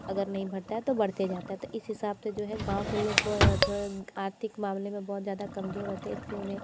अगर नहीं भरता है तो बढ़ते जाता है तो इस हिसाब से जो है गाँव के लोग आर्थिक मामले में बहुत ज़्यादा कमजोर होते इसलिए उन्हें